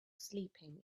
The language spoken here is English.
sleeping